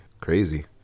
Crazy